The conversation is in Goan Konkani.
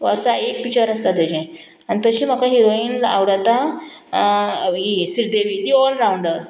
वर्सा एक पिक्चर आसता तेजें आनी तशी म्हाका हिरोइन आवडटा ही श्रीदेवी ती ऑल रावंडर